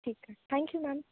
ठीक आहे thank you ma'am